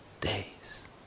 days